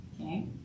Okay